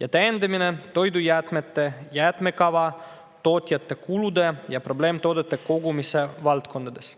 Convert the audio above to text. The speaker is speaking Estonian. ja täiendamine toidujäätmete, jäätmekava, tootjate kulude ja probleemtoodete kogumise valdkondades.